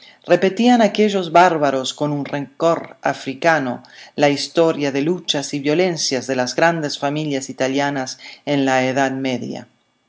repetían aquellos bárbaros con un rencor africano la historia de luchas y violencias de las grandes familias italianas en la edad media